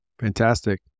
Fantastic